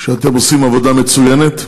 שאתם עושים עבודה מצוינת.